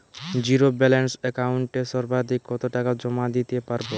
Zero balance একাউন্টে সর্বাধিক কত টাকা জমা দিতে পারব?